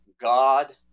God